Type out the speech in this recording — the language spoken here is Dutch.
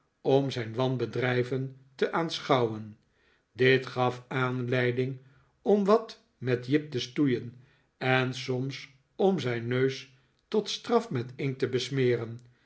om zijn wanbedrijven te aanschouwen dit gaf aanleiding om wat met jip te stoeien en soms om zijn neus tot straf met inkt te besmeren